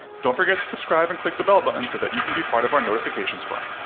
don't forget to subscribe and click the bell button so that you can be part of our notification squad.